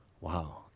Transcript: Wow